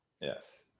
yes